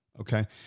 Okay